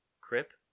Crip